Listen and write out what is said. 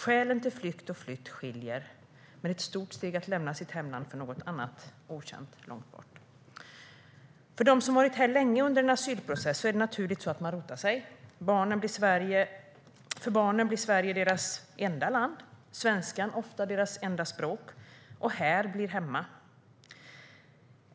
Skälen till flykt och flytt skiljer sig åt, men det är ett stort steg att lämna sitt hemland för något annat okänt långt bort. För dem som har varit här länge under en asylprocess är det naturligt att de rotar sig. För barnen blir Sverige deras enda land, svenskan blir ofta deras enda språk och här blir hemma.